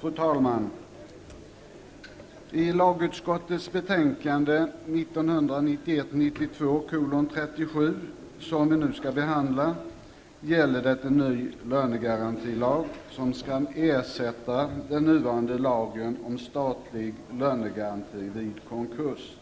Fru talman! Lagutskottets betänkande 1991/92:37 som vi nu skall behandla handlar om en ny lönegarantilag som skall ersätta den nuvarande lagen om statlig lönegaranti vid konkurs.